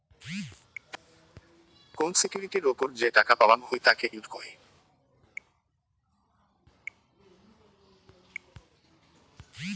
কোন সিকিউরিটির ওপর যে টাকা পাওয়াঙ হই তাকে ইল্ড কহি